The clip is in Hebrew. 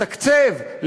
לתקצב,